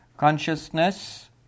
Consciousness